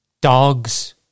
Dogs